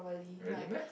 really meh